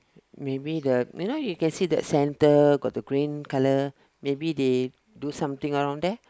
maybe the you know you can see that centre got the green colour maybe they do something around there